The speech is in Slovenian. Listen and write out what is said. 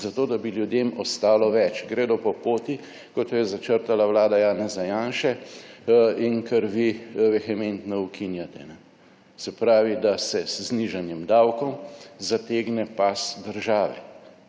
zato, da bi ljudem ostalo več, gredo po poti kot jo je začrtala Vlada Janeza Janše in kar vi vehementno ukinjate. Se pravi, da se z znižanjem davkov zategne pas države.